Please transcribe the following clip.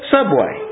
Subway